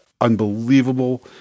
unbelievable